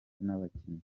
n’abakinnyi